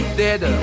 dead